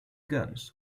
guns